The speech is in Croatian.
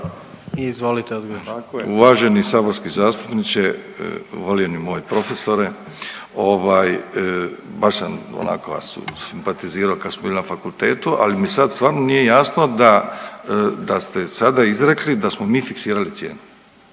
**Milatić, Ivo** Uvaženi saborski zastupniče, voljeni moj profesore, ovaj baš sam onako vas simpatizirao kad smo bili na fakultetu, ali mi sad stvarno nije jasno da, da ste sada izrekli da smo mi fiksirali cijenu,